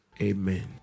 Amen